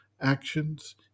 actions